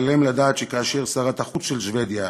אבל עליהם לדעת שכאשר שרת החוץ של שבדיה